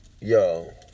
Yo